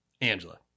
Angela